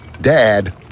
Dad